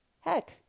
heck